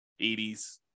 80s